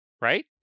right